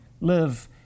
live